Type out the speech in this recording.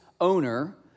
owner